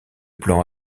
plan